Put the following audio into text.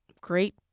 great